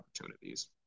opportunities